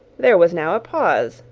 there was now a pause,